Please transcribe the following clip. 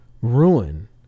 ruin